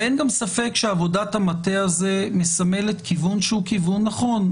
ואין גם ספק שעבודת המטה הזאת מסמלת כיוון שהוא כיוון נכון.